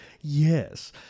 yes